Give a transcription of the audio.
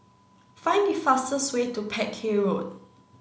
find the fastest way to Peck Hay Road